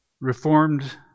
Reformed